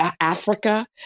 Africa